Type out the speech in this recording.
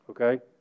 okay